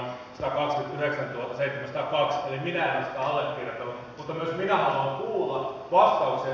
tämä on tarkka huomio